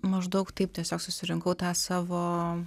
maždaug taip tiesiog susirinkau tą savo